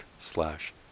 slash